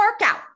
workout